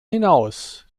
hinaus